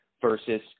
versus